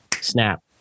snap